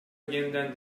yeniden